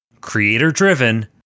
creator-driven